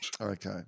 Okay